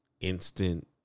instant